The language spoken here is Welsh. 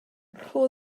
rho